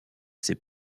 ses